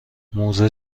موزه